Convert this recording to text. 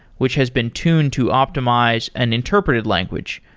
which has been tuned to optimize an interpreted language,